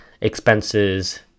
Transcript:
expenses